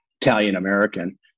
Italian-American